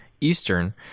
eastern